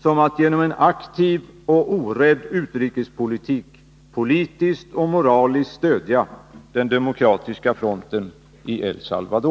som att genom en aktiv och orädd utrikespolitik politiskt och moraliskt stödja den demokratiska fronten i El Salvador.